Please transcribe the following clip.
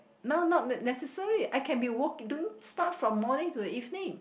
now not necessary I can be woke doing stuff from morning to the evening